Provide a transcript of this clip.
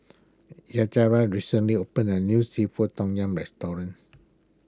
Yajaira recently opened a new Seafood Tom Yum restaurant